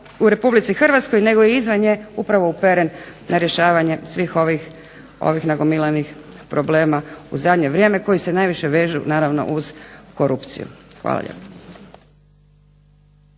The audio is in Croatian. u RH nego i izvan nje upravo uperen na rješavanje svih ovih nagomilanih problema u zadnje vrijeme koji se najviše vežu naravno uz korupciju. Hvala lijepo.